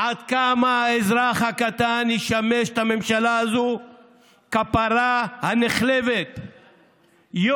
עד כמה האזרח הקטן ישמש את הממשלה הזו כפרה הנחלבת יום-יום,